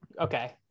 Okay